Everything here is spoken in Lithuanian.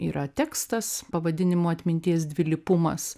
yra tekstas pavadinimu atminties dvilypumas